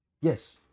Yes